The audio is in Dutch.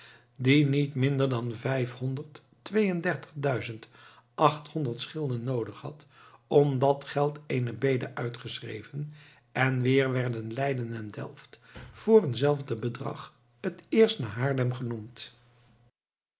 die niet minder dan vijfhonderd tweeëndertigduizend achthonderd schilden noodig had om dat geld eene bede uitgeschreven en weer werden leiden en delft voor een zelfde bedrag het eerst na haarlem genoemd